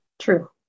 True